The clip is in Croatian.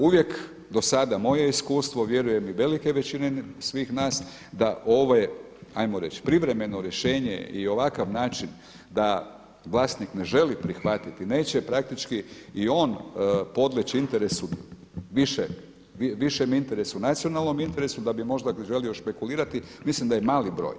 Uvijek do sada, moje je iskustvo, vjerujem i velike većine svih nas da ovo, 'ajmo reći privremeno rješenje i ovakav način da vlasnik ne želi prihvatiti, neće praktički i on podlijeći interesu, višem interesu, nacionalnom interesu da bi možda želio špekulirati, mislim da je mali broj.